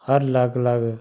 हर अलग अलग